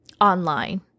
online